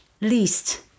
least